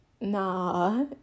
nah